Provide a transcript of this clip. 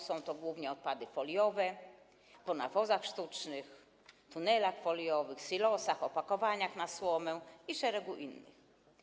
Są to głównie odpady foliowe, po nawozach sztucznych, tunelach foliowych, silosach, opakowaniach na słomę i szeregu innych.